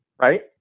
right